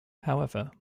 however